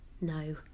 No